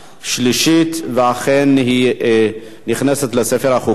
11 בעד, אין מתנגדים.